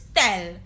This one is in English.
tell